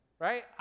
right